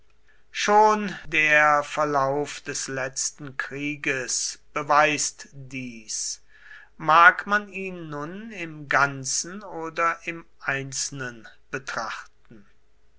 schon der verlauf des letzten krieges beweist dies mag man ihn nun im ganzen oder im einzelnen betrachten